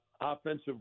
offensive